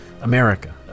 America